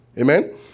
Amen